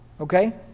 Okay